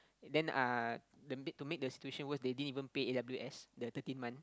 then uh the make to make situation worse they didn't even pay a_w_s the thirteenth month